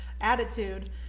attitude